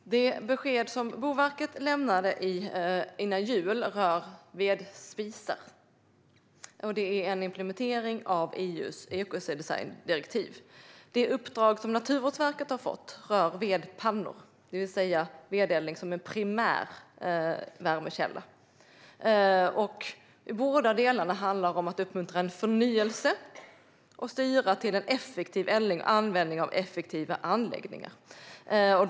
Fru talman! Det besked som Boverket lämnade före jul rör vedspisar. Det är en implementering av EU:s ekodesigndirektiv. Det uppdrag som Naturvårdsverket har fått rör vedpannor, det vill säga vedeldning som en primär värmekälla. Båda delarna handlar om att uppmuntra en förnyelse och styra till en effektiv eldning och användning av effektiva anläggningar.